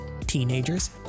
teenagers